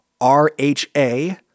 RHA